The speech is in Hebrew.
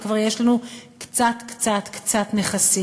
וכבר יש לנו קצת קצת קצת נכסים.